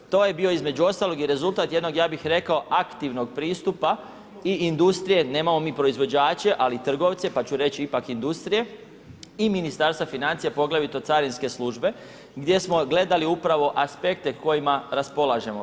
To je bio između ostalog i rezultat jedno ja bih rekao, aktivnog pristupa i industrije, nemamo mi proizvođače ali i trgovce pa ću reći ipak industrije, i Ministarstva financija, poglavito carinske službe gdje smo gledali upravo aspekte kojima raspolažemo.